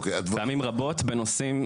פעמים רבות בנושאים.